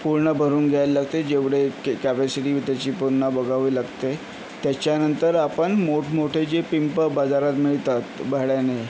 पूर्ण भरून घ्यायला लागते जेवढे कॅ कॅपॅसिटी बी त्याची पूर्ण बघावी लागते त्याच्यानंतर आपण मोठमोठे जे पिंप बाजारात मिळतात भाड्याने